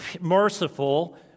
merciful